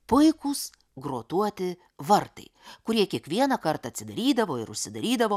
puikūs grotuoti vartai kurie kiekvieną kartą atsidarydavo ir užsidarydavo